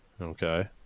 okay